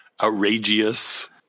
outrageous